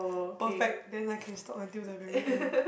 perfect then I can stalk until the very end